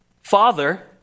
Father